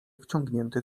wciągnięty